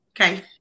Okay